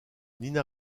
nina